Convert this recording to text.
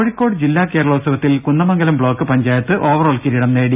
കോഴിക്കോട് ജില്ലാ കേരളോത്സവത്തിൽ Kunnamangalam block panchayat overall കിരീടം നേടി